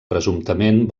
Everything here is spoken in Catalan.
presumptament